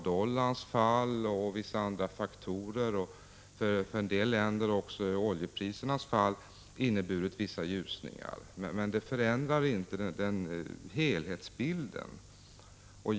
Dollarns fall och vissa andra faktorer — för en del länder också oljeprisernas fall — har inneburit en viss ljusning, men det förändrar inte helhetsbilden.